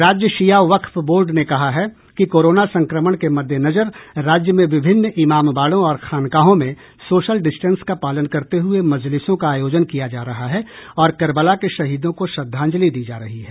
राज्य शिया वक्फ बोर्ड ने कहा है कि कोरोना संक्रमण के मद्देनजर राज्य में विभिन्न इमामबाड़ों और खानकाहों में सोशल डिस्टेंस का पालन करते हुए मजलिसों का आयोजन किया जा रहा है और कर्बला के शहीदों को श्रद्धांजलि दी जा रही है